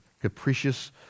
capricious